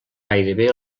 gairebé